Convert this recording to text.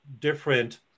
different